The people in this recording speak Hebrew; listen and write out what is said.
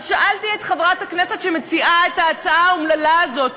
אז שאלתי את חברת הכנסת שמציעה את ההצעה האומללה הזו,